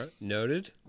Noted